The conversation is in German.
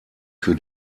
für